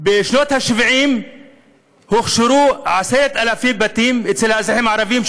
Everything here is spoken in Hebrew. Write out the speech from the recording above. בשנות ה-70 הוכשרו 10,000 בתים של האזרחים הערבים,